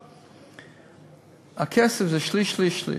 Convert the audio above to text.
בקושי היו הזמנות.